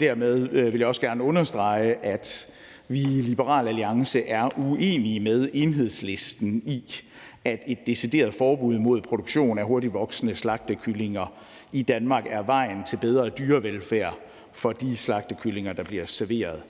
Dermed vil jeg også gerne understrege, at vi i Liberal Alliance er uenige med Enhedslisten i, at et decideret forbud mod produktion af hurtigtvoksende slagtekyllinger i Danmark er vejen til bedre dyrevelfærd for de slagtekyllinger, der bliver serveret